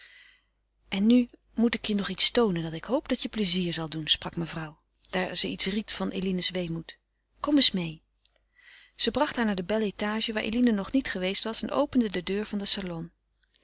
en nu moet ik je nog iets toonen dat ik hoop dat je plezier zal doen sprak mevrouw daar ze iets ried van eline's weemoed kom eens meê ze bracht haar naar de bel étage waar eline nog niet geweest was en opende de deur van den salon